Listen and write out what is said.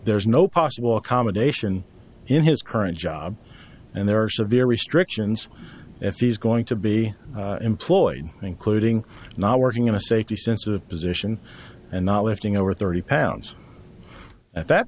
there's no possible accommodation in his current job and there are severe restrictions if he's going to be employed including not working in a safety sensitive position and not lifting over thirty pounds at that